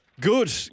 Good